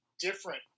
different